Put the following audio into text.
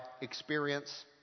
experience